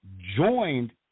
joined